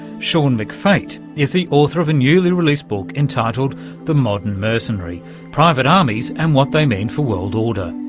sean mcfate is the author of a newly-released book entitled the modern mercenary private armies and what they mean for world order.